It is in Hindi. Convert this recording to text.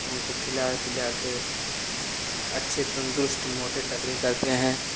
उनको खिला पिलाकर अच्छे तन्दुरुस्त मोटे तगड़े करते हैं